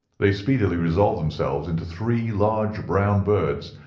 they speedily resolved themselves into three large brown birds,